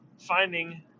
finding